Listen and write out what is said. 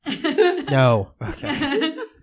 No